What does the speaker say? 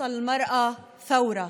(אומרת בערבית ומתרגמת:)